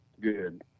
good